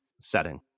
setting